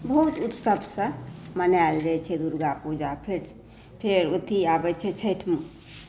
बहुत उत्सवसँ मनायल जाइ छै दुर्गा पूजा फेर अथी आबै छै छठि